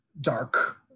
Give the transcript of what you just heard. dark